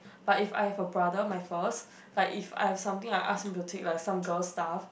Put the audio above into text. but if I have a brother my first like if I have something I'll ask him to take like some girl stuff